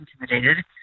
intimidated